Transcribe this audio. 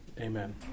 Amen